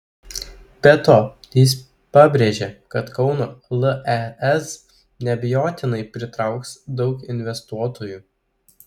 be to jis pabrėžė kad kauno lez neabejotinai pritrauks daug investuotojų